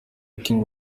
king